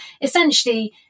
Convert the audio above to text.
Essentially